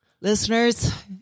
listeners